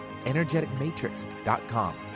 energeticmatrix.com